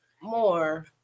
more